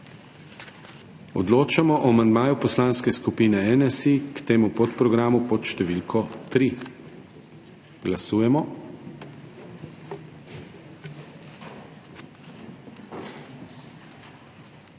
Odločamo o amandmaju Poslanske skupine SDS k temu podprogramu pod številko 7. Glasujemo.